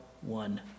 one